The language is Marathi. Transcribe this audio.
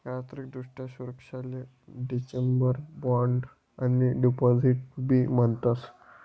आर्थिक दृष्ट्या सुरक्षाले डिबेंचर, बॉण्ड आणि डिपॉझिट बी म्हणतस